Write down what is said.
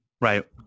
Right